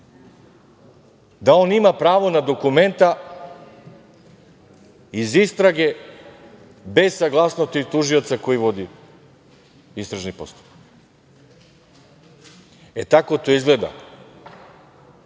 da on ima pravo na dokumenta iz istrage bez saglasnosti tužioca koji vodi istražni postupak. Tako to izgleda,